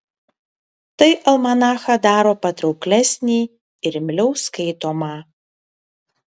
tai almanachą daro patrauklesnį ir imliau skaitomą